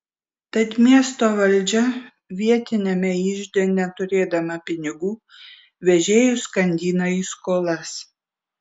tad miesto valdžia vietiniame ižde neturėdama pinigų vežėjus skandina į skolas